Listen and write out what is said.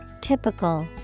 typical